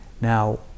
Now